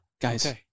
Guys